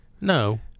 No